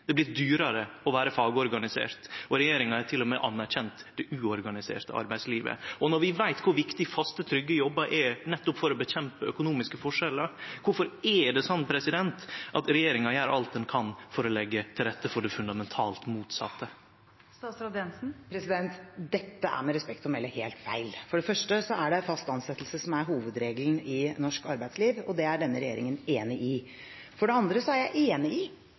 Det har vorte dyrare å vere fagorganisert. Regjeringa har til og med anerkjent det uorganiserte arbeidslivet. Når vi veit kor viktig faste, trygge jobbar er for nettopp å kjempe mot økonomiske forskjellar, kvifor gjer regjeringa alt ho kan for å leggje til rette for det fundamentalt motsette? Dette er med respekt å melde helt feil. For det første er det fast ansettelse som er hovedregelen i norsk arbeidsliv, og det er denne regjeringen enig i. For det andre er jeg enig i